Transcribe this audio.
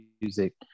music